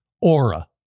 Aura